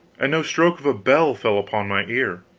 and no stroke of a bell fell upon my ear.